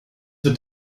wird